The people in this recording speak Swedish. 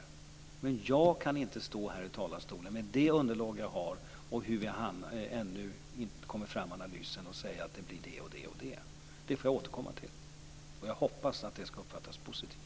Men jag kan inte stå här i talarstolen, med det underlag som jag har och mot bakgrund av att vi ännu inte kommit fram med analysen, och säga att det blir det och det och det. Det får jag återkomma till. Jag hoppas att detta uppfattas positivt.